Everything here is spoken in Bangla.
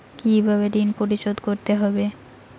কিভাবে ঋণ পরিশোধ করতে হবে?